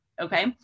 okay